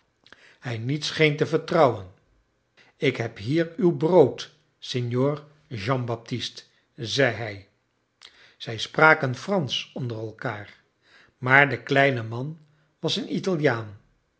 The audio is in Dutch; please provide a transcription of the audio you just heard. hij niet scheen te vertrouwen ik heb hier uw brood signor jean baptist zei hij zij spraken fransch onder elkaar maar de kleine man was een italiaan